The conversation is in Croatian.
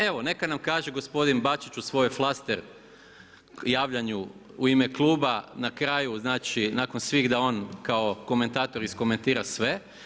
Evo neka nam kaže gospodin Bačić u svojoj flaster javljanju u ime kluba na kraju znači nakon svih da on kao komentator iskomentira sve.